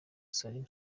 salim